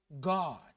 God